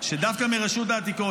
שדווקא מרשות העתיקות,